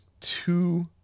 two